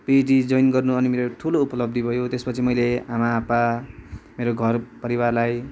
PhD join गर्नु अनि मेरो ठुलो उपलब्धि भयो त्यस पछि मैले आमा आप्पा मेरो घर परिवारलाई